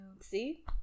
see